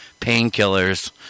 painkillers